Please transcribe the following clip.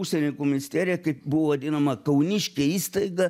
užsienio reikalų misterija kaip buvo vadinama kauniškė įstaiga